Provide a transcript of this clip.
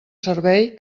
servei